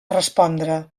respondre